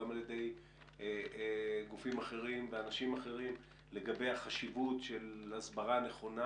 גם על ידי גופים אחרים ואנשים אחרים לגבי החשיבות של הסברה נכונה,